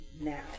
now